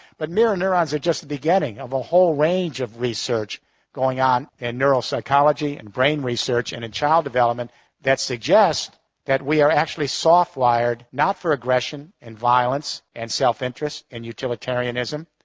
but mirror neurons are just the beginning of a whole range of research going on in neural psychology and brain research and in child development that suggests that we are actually soft-wired not for aggression and violence and self-interest and utilitarianism,